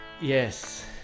yes